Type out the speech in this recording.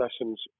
lessons